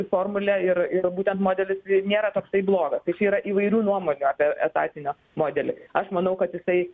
formulė ir ir būtent modelis nėra toksai blogas tai čia yra įvairių nuomonių apie etatinio modelį aš manau kad jisai